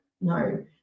No